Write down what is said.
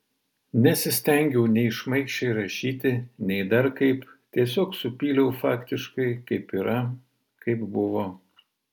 nesistengiau nei šmaikščiai rašyti nei dar kaip tiesiog supyliau faktiškai kaip yra kaip buvo